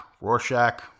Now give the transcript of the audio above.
Rorschach